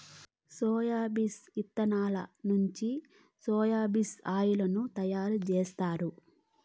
soybeans ఇత్తనాల నుంచి soya bean oil ను తయారు జేత్తారు